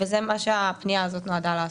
וזה מה שהפנייה הזאת נועדה לעשות.